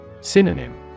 Synonym